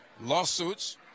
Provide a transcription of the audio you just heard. lawsuits